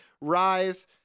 rise